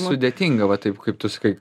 sudėtinga va taip kaip tu sakai